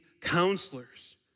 counselors